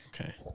Okay